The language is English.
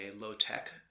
low-tech